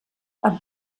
amb